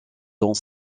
dont